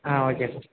ah okay sir